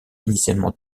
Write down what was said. initialement